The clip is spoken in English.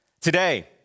today